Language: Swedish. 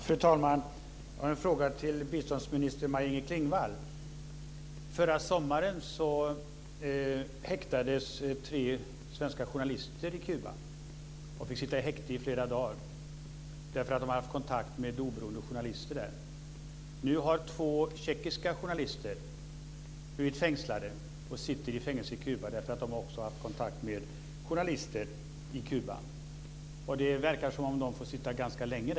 Fru talman! Jag har en fråga till biståndsminister Förra sommaren häktades tre svenska journalister på Kuba och fick sitta i häkte i flera dagar därför att de hade haft kontakt med oberoende journalister där. Nu har två tjeckiska journalister blivit fängslade och sitter i fängelse på Kuba därför att de också har haft kontakt med journalister där. Det verkar som om de får sitta där ganska länge.